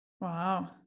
Wow